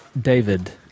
David